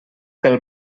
pel